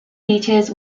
beaches